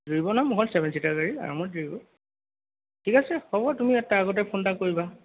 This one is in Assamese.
জুৰিব ন মোৰখন ছেভেন ছীটাৰ গাড়ী আৰামত জুৰিব ঠিক আছে হ'ব তুমি তাৰ আগতে ফোন এটা কৰিবা